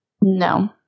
No